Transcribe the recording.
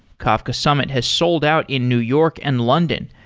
kafka summit has sold out in new york and london,